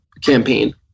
campaign